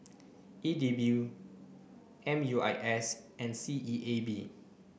E D B U M U I S and C E A B